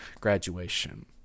graduation